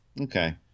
Okay